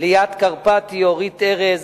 ליאת קרפטי, אורית ארז,